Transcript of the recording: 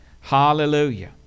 hallelujah